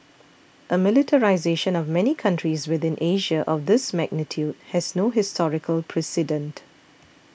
a militarisation of many countries within Asia of this magnitude has no historical precedent